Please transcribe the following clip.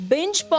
Binge